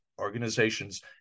organizations